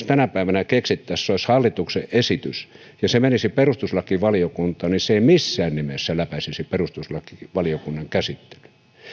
tänä päivänä keksittäisiin ja se olisi hallituksen esitys ja se menisi perustuslakivaliokuntaan niin se ei missään nimessä läpäisisi perustuslakivaliokunnan käsittelyä